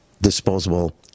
disposable